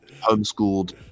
homeschooled